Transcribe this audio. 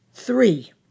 Three